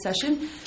session